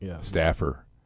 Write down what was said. staffer